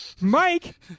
mike